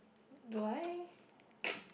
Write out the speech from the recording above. do I